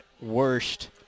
worst